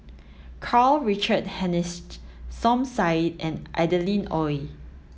Karl Richard Hanitsch Som Said and Adeline Ooi